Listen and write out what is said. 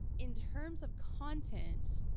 in terms of content,